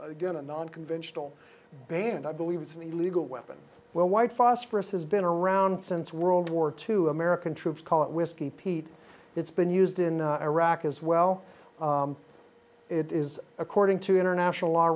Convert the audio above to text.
going to non conventional banned i believe it's an illegal weapon when white phosphorus has been around since world war two american troops call it whiskey pete it's been used in iraq as well it is according to international law